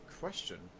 question